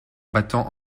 battant